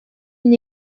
une